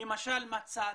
למשל מצאת